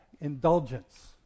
Indulgence